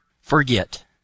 forget